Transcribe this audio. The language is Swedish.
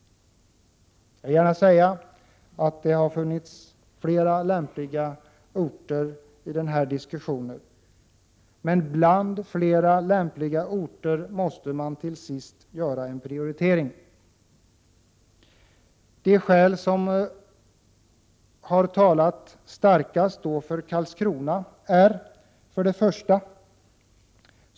Flera lämpliga orter har diskuterats, men bland flera lämpliga orter måste man till sist göra en prioritering. De skäl som har talat starkast för Karlskrona är följande: 1.